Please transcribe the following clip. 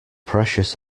precious